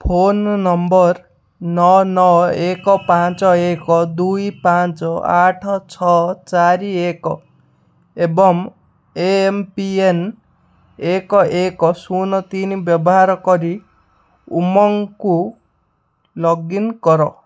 phone number ନଅ ନଅ ଏକ ପାଞ୍ଚ ଏକ ଦୁଇ ପାଞ୍ଚ ଆଠ ଛଅ ଚାରି ଏକ ଏବଂ ଏମ୍ ପି ଏନ୍ ଏକ ଏକ ଶୂନ ତିନି ବ୍ୟବହାର କରି ଉମଙ୍ଗକୁ ଲଗ୍ଇନ୍ କର